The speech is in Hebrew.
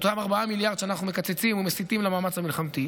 אותם 4 מיליארד שקלים שאנחנו מקצצים ומסיטים למאמץ המלחמתי,